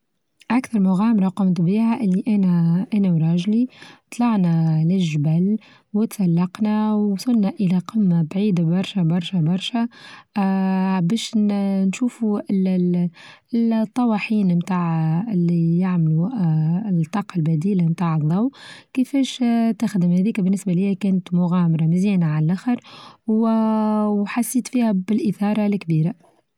أكثر مغامرة قمت بيها اللي أنا-أنا وراجلي طلعنا للچبل وتسلقنا ووصلنا إلى قمة بعيدة برشا برشا برشا، آآ باش نشوفو ال-الطواحين بتاع آآ اللي يعملو آآ الطاقة البديلة بتاع الضو كيفش تخدم، هاديك بالنسبة ليا كانت مغامرة مزيانة عاللخر وحسيت فيها بالإثارة الكبيرة